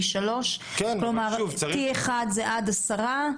T-3. T-1 זה עד 10,